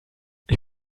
ich